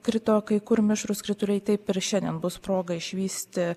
krito kai kur mišrūs krituliai taip ir šiandien bus proga išvysti